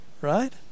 Right